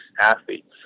athletes